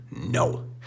no